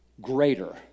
Greater